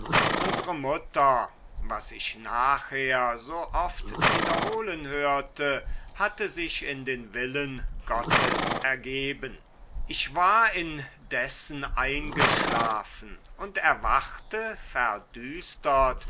unsere mutter was ich nachher so oft wiederholen hörte hatte sich in den willen gottes ergeben ich war indessen eingeschlafen und erwachte verdüstert